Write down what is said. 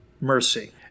Mercy